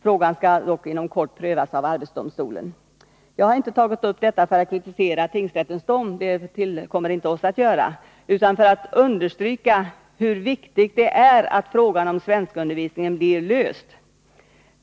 Frågan skall dock inom kort prövas av arbetsdomstolen. Jag har inte tagit upp detta för att kritisera tingsrättens dom — det tillkommer inte oss att göra det — utan för att understryka hur viktigt det är att frågan om svenskundervisningen blir löst.